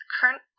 current